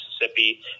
Mississippi